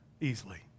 easily